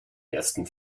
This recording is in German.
ersten